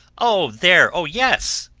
o there! o yes!